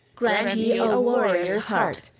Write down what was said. grant ye a warrior's heart,